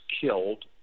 killed